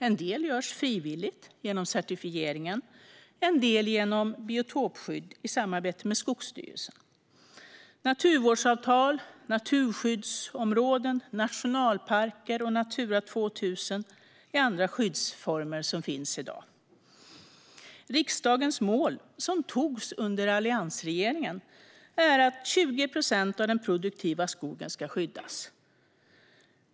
En del görs frivilligt genom certifieringen, och en del görs genom biotopskydd i samarbete med Skogsstyrelsen. Naturvårdsavtal, naturskyddsområden, nationalparker och Natura 2000 är andra skyddsformer som finns i dag. Riksdagens mål, som antogs under alliansregeringen, är att 20 procent av den produktiva skogen ska skyddas.